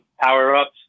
power-ups